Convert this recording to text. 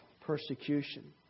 persecution